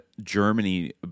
germany